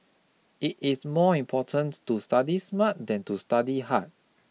it is more important to study smart than to study hard